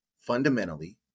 fundamentally